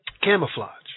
Camouflage